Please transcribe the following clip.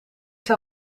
zou